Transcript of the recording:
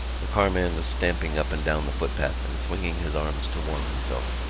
the carman was stamping up and down the footpath, and swinging his arms to warm himself.